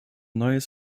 neues